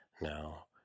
now